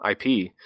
IP